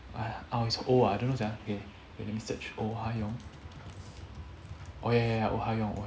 uh it's oh ah I don't know sia wait let me search oh hayoung oh ya ya oh hayoung